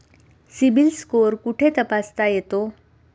CIBIL score कुठे तपासता येतो?